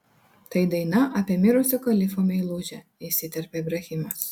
tai daina apie mirusio kalifo meilužę įsiterpė ibrahimas